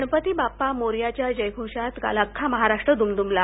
गणपती बाप्पा मोरयाच्या जय घोषात काल अख्खा महाराष्ट्र दुमदुमला